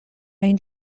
این